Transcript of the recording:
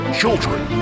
children